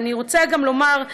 ואני רוצה גם לומר: